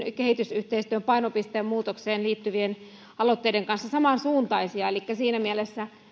kehitysyhteistyön painopisteen muutokseen liittyvien aloitteiden kanssa samansuuntaisia elikkä siinä mielessä